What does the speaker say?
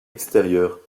extérieures